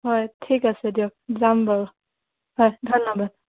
হয় ঠিক আছে দিয়ক যাম বাৰু হয় ধন্যবাদ